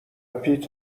پیت